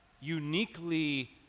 uniquely